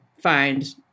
find